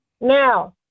Now